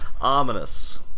ominous